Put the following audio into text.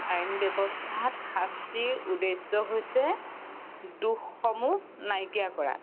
আইন ব্যৱস্থাত শাস্তিৰ উদ্দেশ্য হৈছে দোষসমূহ নাইকিয়া কৰা